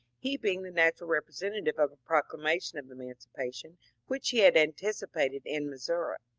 he being the natural representative of a proclama tion of emancipation which he had anticipated in missouri.